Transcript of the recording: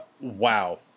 wow